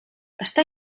està